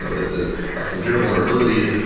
this is a severe vulnerability.